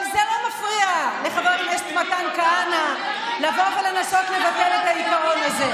אבל זה לא מפריע לחבר הכנסת מתן כהנא לבוא ולנסות לבטל את העיקרון הזה.